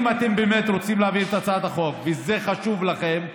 אם אתם באמת רוצים להעביר את הצעת החוק וזה חשוב לכם,